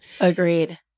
Agreed